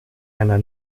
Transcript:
einer